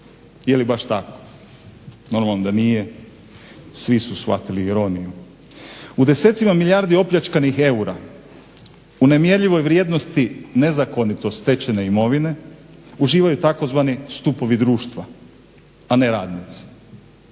Je li baš tako? Normalno da nije. Svi su shvatili ironiju. U desecima milijardi opljačkanih eura, u nemjerljivoj vrijednosti nezakonito stečene imovine uživaju tzv. stupovi društva a ne radnici.